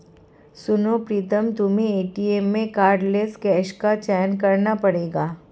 सुनो प्रीतम तुम्हें एटीएम में कार्डलेस कैश का चयन करना पड़ेगा